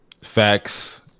Facts